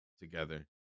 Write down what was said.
Together